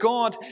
God